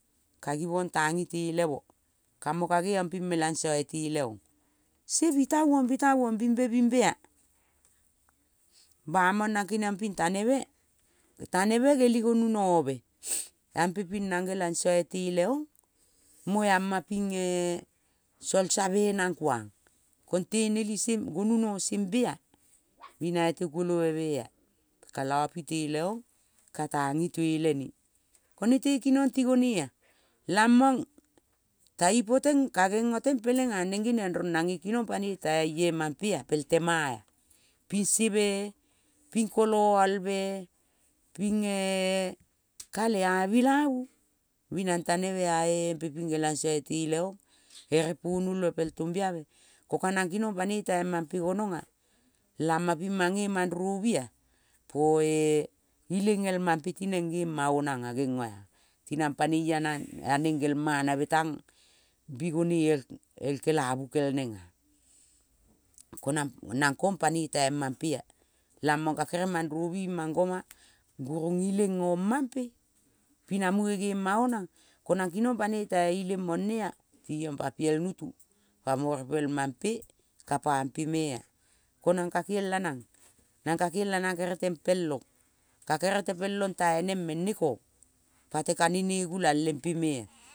Ka givong tang itelemo, kamo ka gevong ping melangsoitele-ong. Se bitavong bimbebimbea. Bamong nang keniong-ping tanebe, ngeligonu nobe ampe ping nang ngelaso itele-ong, mo eamapinge sualsave nang kuang. Konte nelise ngonu nosembea binaite kuolovemea. Kalopiteleong ka tang itelene. Ko nete kinong tigonea lamong taipo teng ka ngengo teng peleng, neng goniong rong nange kinong panoi taiemampea peltemaea, pingse me, ping kolove, pinge kate a niabu binang tanebeampe pingngelaso iteleong ere puonolve pel tombiabe. Ko ka nang kinong panoi teaimampe gonongea lama ping mange mangrobiea poe ilengel mampe tineng ngemao nanges ngengoea tinang panei eaneng ngelmanabe tang bi gone el el kelavu kel nengea. Ko nang nang kong panoi tai mampea tamong ka kere mangrovi ing mangoma, guning ileng ongmampe, pi na munge nge mao nang, ko nang kinong panoit teai ileng mongnea tiong pa piel notu, pamo repelmampe ka pampe mea. Konang kakielanang, nang kakielanang gerel tempel ong. Ka gerel tepelong tai neng meng, ne kong pate ka ne ne gulang lempe mea.